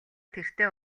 тэртээ